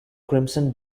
crimson